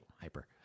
Hyper